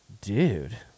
dude